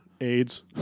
AIDS